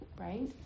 right